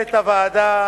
למנהלת הוועדה